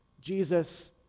Jesus